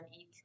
eat